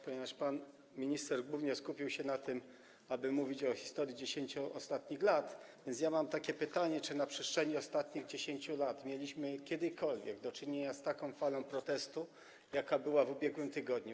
Ponieważ pan minister głównie skupił się na tym, aby mówić o historii ostatnich 10 lat, więc ja mam takie pytanie: Czy na przestrzeni ostatnich 10 lat mieliśmy kiedykolwiek do czynienia z taką falą protestu, jaka była w ubiegłym tygodniu?